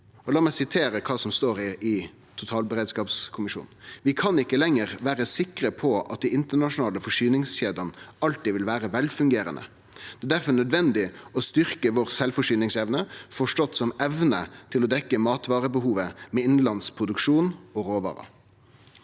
la meg sitere kva som står hos totalberedskapskommisjonen: «Men vi kan ikke lenger være sikre på at de internasjonale forsyningskjedene alltid vil være velfungerende. Det er derfor nødvendig å styrke vår selvforsyningsevne, forstått som evne til å dekke matvarebehovet med innenlandsk produksjon og norske